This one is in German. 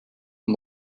nun